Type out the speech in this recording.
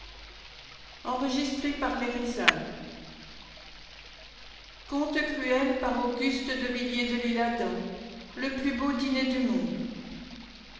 le plus beau dîner du monde